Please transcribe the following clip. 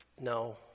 No